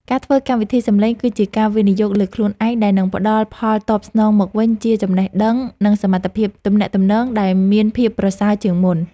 ការធ្វើកម្មវិធីសំឡេងគឺជាការវិនិយោគលើខ្លួនឯងដែលនឹងផ្តល់ផលតបស្នងមកវិញជាចំណេះដឹង និងសមត្ថភាពទំនាក់ទំនងដែលមានភាពប្រសើរជាងមុន។